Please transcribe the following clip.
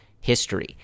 history